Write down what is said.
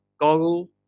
Goggle